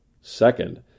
Second